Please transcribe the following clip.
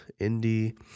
indie